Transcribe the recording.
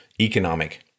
economic